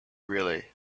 really